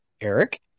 Eric